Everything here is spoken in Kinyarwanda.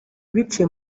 biciye